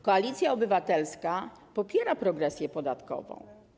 Koalicja Obywatelska popiera progresję podatkową.